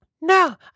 No